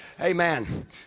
Amen